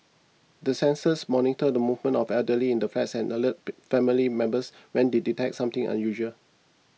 the sensors monitor the movements of elderly in the flats and alert family members when they detect something unusual